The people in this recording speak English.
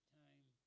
time